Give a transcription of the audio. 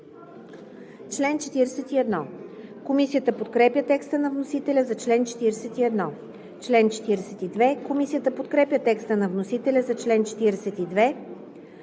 чл. 1. Комисията подкрепя текста на вносителя за чл. 2. Комисията подкрепя текста на вносителя за чл. 3.